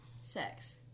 sex